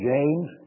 James